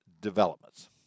developments